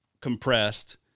compressed